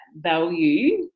value